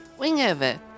Wingover